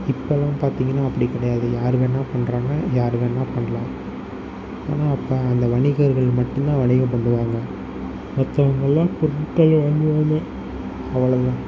இப்பெல்லாம் பார்த்திங்கன்னா அப்படி கிடையாது யார் வேணால் பண்ணுறாங்க யார் வேணால் பண்ணலாம் ஆனால் அப்போ அந்த வணிகர்கள் மட்டும்தான் வணிகம் பண்ணுவாங்க மற்றவங்கல்லாம் பொருட்களை வாங்குவாங்க அவ்வளவு தான்